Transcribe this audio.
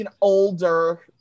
older